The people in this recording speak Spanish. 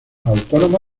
autónoma